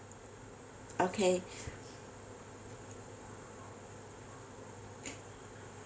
okay